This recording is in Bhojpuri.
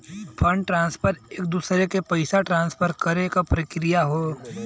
फंड ट्रांसफर एक दूसरे के पइसा ट्रांसफर करे क प्रक्रिया हौ